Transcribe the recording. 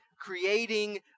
creating